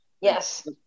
Yes